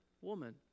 woman